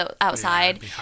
outside